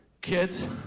kids